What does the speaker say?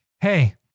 hey